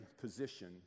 position